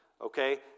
okay